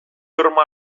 horma